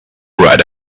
right